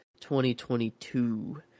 2022